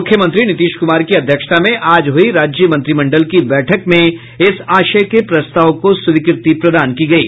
मुख्यमंत्री नीतीश कुमार की अध्यक्षता में आज हुई राज्य मंत्रिमंडल की बैठक में इस आशय के प्रस्ताव को स्वीकृति प्रदान की गयी